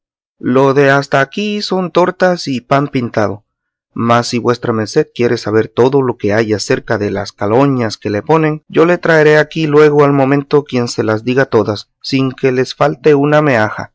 lo de hasta aquí son tortas y pan pintado mas si vuestra merced quiere saber todo lo que hay acerca de las caloñas que le ponen yo le traeré aquí luego al momento quien se las diga todas sin que les falte una meaja